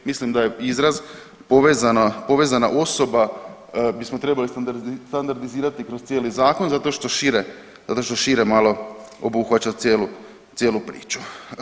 Mislim da je izraz povezana osoba bismo trebali standardizirati kroz cijeli zakon zato što šire malo obuhvaća cijelu priču.